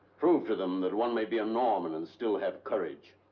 prove to them that one may be a norman and still have courage.